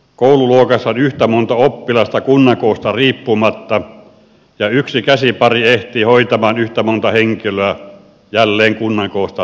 koululuokassa on yhtä monta oppilasta kunnan koosta riippumatta ja yksi käsipari ehtii hoitamaan yhtä monta henkilöä jälleen kunnan koosta riippumatta